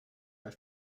are